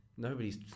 Nobody's